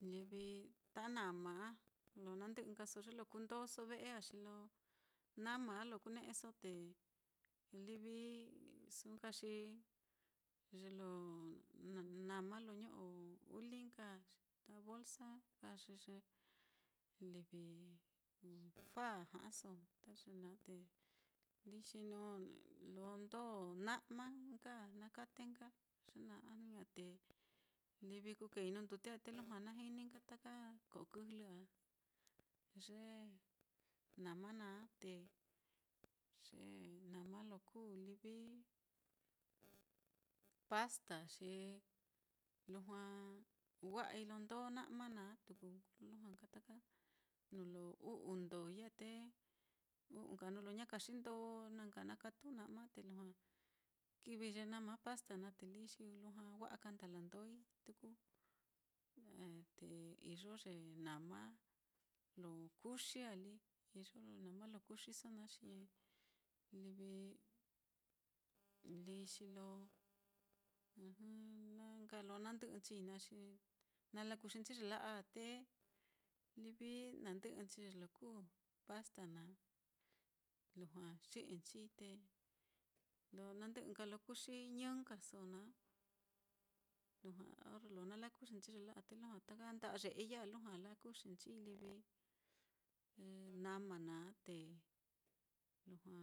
Livi ta nama á, lo nandɨ'ɨ nkaso ye lo kundóso ve'e á, xi lo nama á lo kune'eso, te livi su'u nka xi ye lo, nama lo ño'o uli nka ta bolsa nka xi ye livi, fa ja'aso, ta ye naá te líi xi lo ndó na'ma nka á nakate nka ye naá, a jnu ña'a te livi kukeei nuu ndute á, te lujua najini nka taka ko'o kɨjlɨ á ye nama naá. Te ye nama lo kuu livi pasta, xi lujua wa'ai lo ndó na'ma naá, tuku lujua nka taka nuu lo u'u ndói ya á, te u'u nka nuu lo ña kaxi ndó na nka na katu na'ma á, te lujua kivi ye nama pasta naá te líi xi lujua wa'a ka ndala ndói tuku. Eh, te iyo ye nama lo kuxi á lí, iyo ye nama lo kuxiso naá, xi livi líi xi lo na nka lo nandɨ'ɨnchii naá xi nala kuxinchi ye la'a á te livi nandɨ'ɨnchi ye lo kuu pasta naá, lujua xi'inchii te lo nandɨ'ɨ nka lo kuxi ñɨ nkaso naá, lujua orre lo na lakuxi nchi ta ye la'a á, te lujua ta nda'a ye'ei ya á, lujua lakuxinchii livi nama naá, te lujua